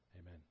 Amen